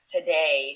Today